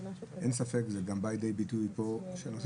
אין ספק זה גם בא לידי ביטוי כאן שהנושא